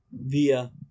via